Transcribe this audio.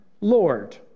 Lord